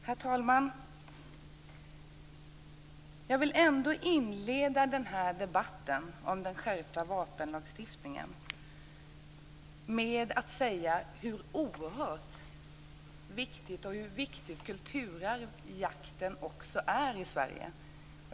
Herr talman! Jag vill inleda debatten om den skärpta vapenlagstiftningen med att säga hur oerhört viktig jakten är i Sverige, också som kulturarv.